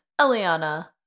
Eliana